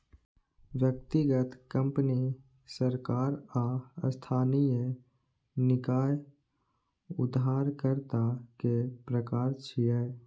व्यक्तिगत, कंपनी, सरकार आ स्थानीय निकाय उधारकर्ता के प्रकार छियै